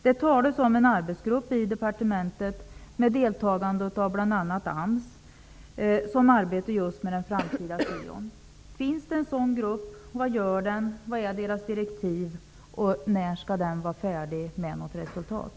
Det talas om en arbetsgrupp inom departementet, med deltagande av bl.a. AMS, som arbetar just med den framtida syoverksamheten. Finns det en sådan grupp, vad gör den, vad har den för direktiv och när skall den vara färdig med arbetet?